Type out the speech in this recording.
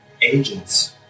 agents